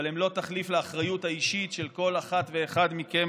אבל הם לא תחליף לאחריות האישית של כל אחת ואחד מכם,